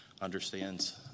understands